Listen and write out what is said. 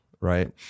right